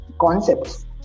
concepts